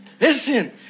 Listen